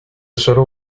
shuttle